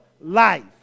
Life